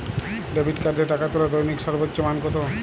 Debit কার্ডে টাকা তোলার দৈনিক সর্বোচ্চ মান কতো?